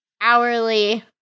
hourly